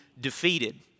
defeated